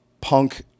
punk